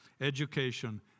education